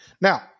now